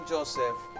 Joseph